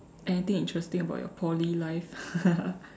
anything interesting about your Poly life